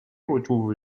retrouve